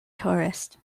tourist